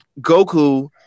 Goku